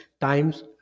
times